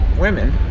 women